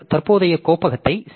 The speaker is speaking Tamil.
தற்போதைய கோப்பகத்தை சி